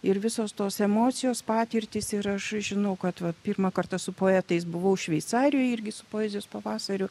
ir visos tos emocijos patirtys ir aš žinau kad va pirmą kartą su poetais buvau šveicarijoj irgi su poezijos pavasariu